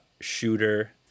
shooter